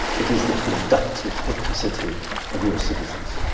it is the productive capacity of your citizens.